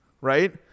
right